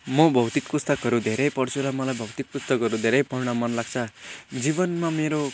म भौतिक पुस्तकहरू धेरै पढ्छु र मलाई भौतिक पुस्तकहरू धेरै पढ्न मनलाग्छ जीवनमा मेरो